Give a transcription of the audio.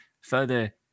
further